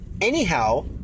Anyhow